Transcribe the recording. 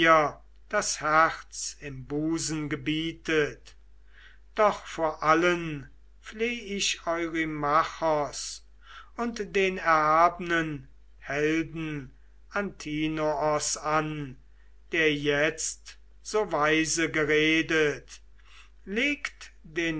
das herz im busen gebietet doch vor allen fleh ich eurymachos und den erhabnen helden antinoos an der jetzt so weise geredet legt den